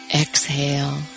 exhale